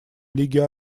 лиги